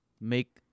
make